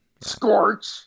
Scorch